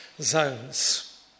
zones